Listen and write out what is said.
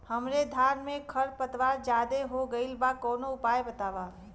हमरे धान में खर पतवार ज्यादे हो गइल बा कवनो उपाय बतावा?